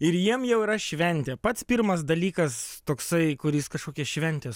ir jiem jau yra šventė pats pirmas dalykas toksai kuris kažkokią šventę